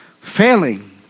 failing